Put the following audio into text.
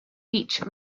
beach